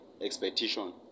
expectation